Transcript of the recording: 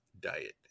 diet